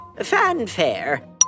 Fanfare